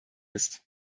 ist